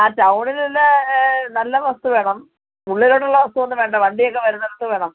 ആ ടൗണിലിൽ നിന്ന് നല്ല വസ്തു വേണം ഉള്ളിലോട്ടുള്ള വസ്തു ഒന്നും വേണ്ട വണ്ടിയൊക്കെ വരുന്ന ഇടത്ത് വേണം